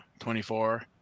24